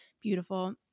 beautiful